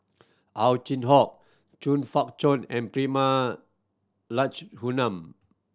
Ow Chin Hock Chong Fah Cheong and Prema Letchumanan